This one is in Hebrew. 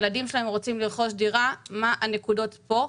הילדים שלהם רוצים לרכוש דירה מה הנקודות פה?